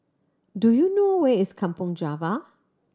do you know where is Kampong Java